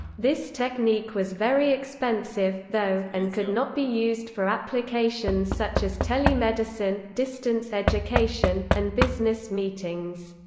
this technique was very expensive, though, and could not be used for applications such as telemedicine, distance education, and business meetings.